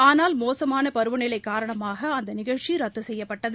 ஆனால் மோசமான பருவநிலை காரணமாக அந்த நிகழ்ச்சி ரத்து செய்யப்பட்டது